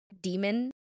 demon